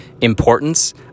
Importance